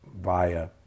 via